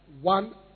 one